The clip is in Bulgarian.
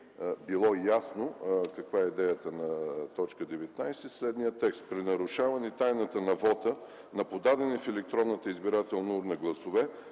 би било каква е идеята на т. 19 в следния текст: „при нарушаване тайната на вота на подадени в електронната избирателна урна гласове,